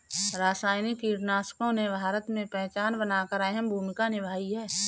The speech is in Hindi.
रासायनिक कीटनाशकों ने भारत में पहचान बनाकर अहम भूमिका निभाई है